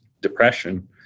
depression